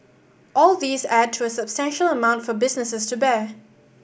all these add to a substantial amount for businesses to bear